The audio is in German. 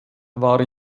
war